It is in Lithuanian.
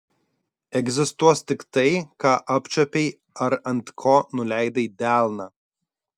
egzistuos tik tai ką apčiuopei ar ant ko nuleidai delną